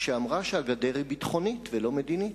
כשאמרה שהגדר היא ביטחונית ולא מדינית.